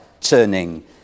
turning